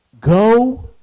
go